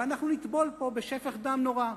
ואנחנו נטבול פה בשפך דם נורא,